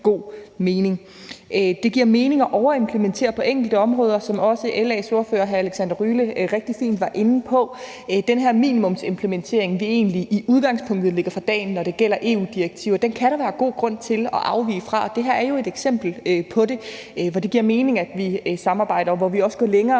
god mening. Det giver mening at overimplementere på enkelte områder, som også LA's ordfører, hr. Alexander Ryle, rigtig fint var inde på. Den her minimumsimplementering, vi egentlig i udgangspunktet praktiserer, når det gælder EU-direktiver, kan der være god grund til at afvige fra. Det her er jo et eksempel, hvor det giver mening at vi samarbejder og vi også går længere